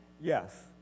Yes